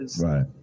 Right